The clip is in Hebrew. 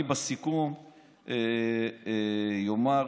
בסיכום אני אומר.